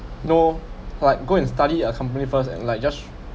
know like go and study a company first and like just